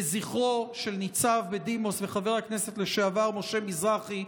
לזכרו של ניצב בדימוס וחבר הכנסת לשעבר משה מזרחי,